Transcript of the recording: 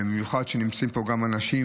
במיוחד כשנמצאים פה גם אנשים,